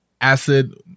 acid